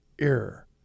Error